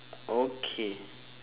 okay